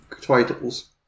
titles